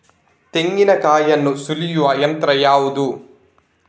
ತೆಂಗಿನಕಾಯಿಯನ್ನು ಸುಲಿಯುವ ಯಂತ್ರ ಯಾವುದು?